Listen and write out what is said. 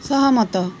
ସହମତ